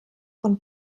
von